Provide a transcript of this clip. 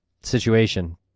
situation